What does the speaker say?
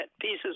pieces